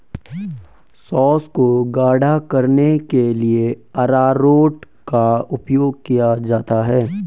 sauce को गाढ़ा करने के लिए अरारोट का उपयोग किया जाता है